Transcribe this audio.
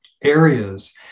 areas